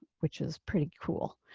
which is pretty cool.